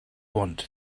want